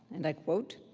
and i quote,